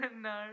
no